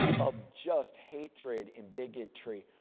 of just hatred and bigotry.